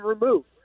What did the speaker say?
removed